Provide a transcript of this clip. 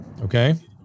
Okay